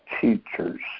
teachers